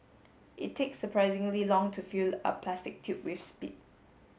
it takes surprisingly long to fill a plastic tube with spit